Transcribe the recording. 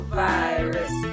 virus